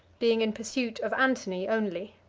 being in pursuit of antony only.